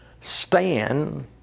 stand